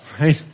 right